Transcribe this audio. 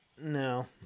No